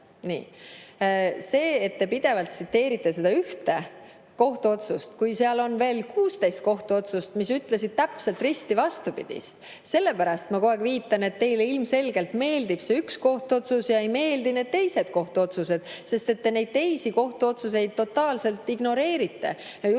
Kuna te pidevalt tsiteerite seda ühte kohtuotsust, kuigi seal on veel 16 kohtuotsust, mis ütlevad täpselt risti vastupidist, siis sellepärast ma kogu aeg viitan, et teile ilmselgelt meeldib see üks kohtuotsus ja ei meeldi need teised kohtuotsused, sest neid teisi kohtuotsuseid te totaalselt ignoreerite, justkui